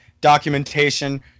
documentation